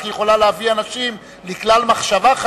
רק שהיא יכולה להביא אנשים לכלל מחשבה,